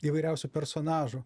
įvairiausių personažų